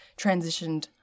transitioned